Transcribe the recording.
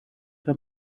für